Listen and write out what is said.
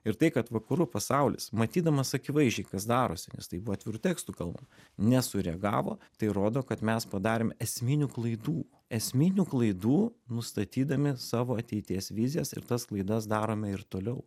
ir tai kad vakarų pasaulis matydamas akivaizdžiai kas darosi nes tai buvo atviru tekstu kalbama nesureagavo tai rodo kad mes padarėme esminių klaidų esminių klaidų nustatydami savo ateities vizijas ir tas klaidas darome ir toliau